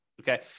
Okay